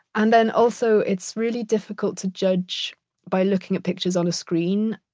and then also it's really difficult to judge by looking at pictures on a screen,